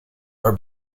are